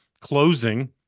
closing